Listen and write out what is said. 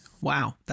Wow